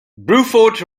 bruford